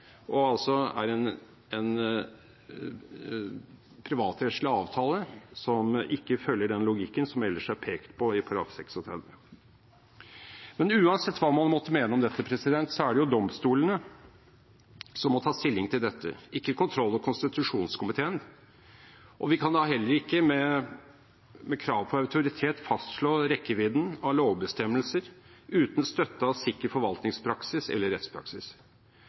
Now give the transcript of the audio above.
er altså en privatrettslig avtale som ikke følger den logikken som ellers er pekt på i § 36. Men uansett hva man måtte mene om dette, er det domstolene som må ta stilling til dette, ikke kontroll- og konstitusjonskomiteen. Vi kan da heller ikke med krav på autoritet fastslå rekkevidden av lovbestemmelser uten støtte i sikker forvaltningspraksis eller rettspraksis.